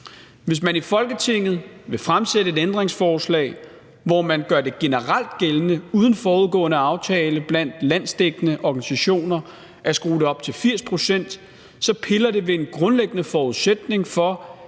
hvis man i Folketinget vil stille et ændringsforslag, hvor man gør det generelt gældende uden forudgående aftale blandt landsdækkende organisationer at skrue det op til 80 pct., så piller det ved den grundlæggende forudsætning for,